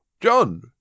John